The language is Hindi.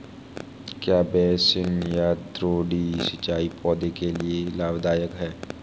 क्या बेसिन या द्रोणी सिंचाई पौधों के लिए लाभदायक है?